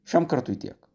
šiam kartui tiek